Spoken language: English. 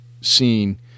scene